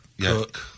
cook